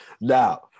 now